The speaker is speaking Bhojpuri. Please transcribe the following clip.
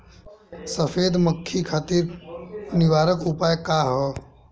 सफेद मक्खी खातिर निवारक उपाय का ह?